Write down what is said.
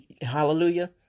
Hallelujah